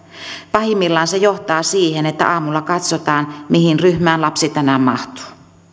pahimmillaan se johtaa siihen että aamulla katsotaan mihin ryhmään lapsi tänään mahtuu